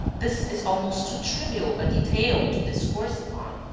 this is almost too trivial a detail to discourse upon,